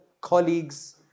colleagues